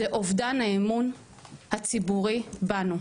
זה אובדן האמון הציבורי בנו.